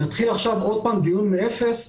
נתחיל עכשיו עוד פעם דיון מאפס,